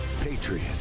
Patriot